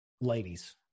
ladies